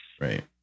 Right